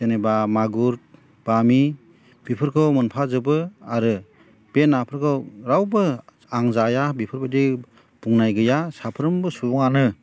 जेनेबा मागुर बामि बेफोरखौ मोनफा जोबो आरो बे नाफोरखौ रावबो आं जाया बेफोरबायदि बुंनाय गैया साफ्रोमबो सुबुंआनो